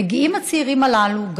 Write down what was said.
מגיעים הצעירים הללו,